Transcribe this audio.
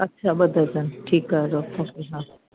अच्छा ॿ दर्जन ठीकु आहे रफ़ हा